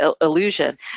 illusion